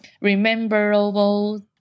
rememberable